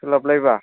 सोलाब लायबा